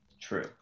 True